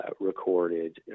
recorded